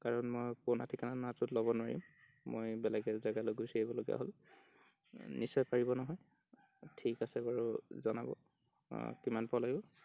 কাৰণ মই পুৰণা ঠিকানাটোত ল'ব নোৱাৰিম মই বেলেগ এজেগালৈ গুচি আহিবলগীয়া হ'ল নিশ্চয় পাৰিব নহয় ঠিক আছে বাৰু জনাব অঁ কিমান পৰ লাগিব